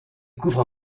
couvre